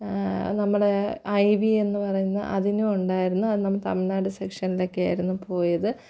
നമ്മുടെ I V എന്ന് പറയുന്ന അതിനും ഉണ്ടായിരുന്നു അത് നമ്മള് തമിഴ്നാട് സെക്ഷനിലൊക്കെ ആയിരുന്നു പോയത്